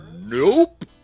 Nope